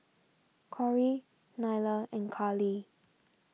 Corry Nyla and Karly